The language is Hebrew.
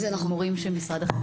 ממורים של משרד החינוך.